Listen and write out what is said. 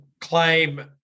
claim